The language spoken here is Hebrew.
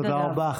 תודה רבה.